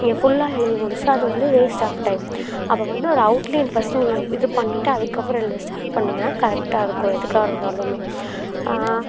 நீங்கள் ஃபுல்லாக எழுதி முடிச்சால் அது வந்து வேஸ்ட் ஆஃப் டைம் அப்போ வந்து ஒரு அவுட்லைன் ஃபர்ஸ்ட்டு நீங்கள் இது பண்ணிவிட்டு அதுக்கப்புறம் எழுத ஸ்டார்ட் பண்ணிங்கன்னா கரெக்டாக இருக்கும் எதுக்காருந்தாலுமே